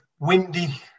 Windy